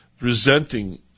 resenting